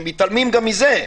שמתעלמים גם מזה.